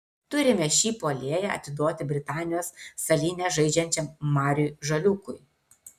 turime šį puolėją atiduoti britanijos salyne žaidžiančiam mariui žaliūkui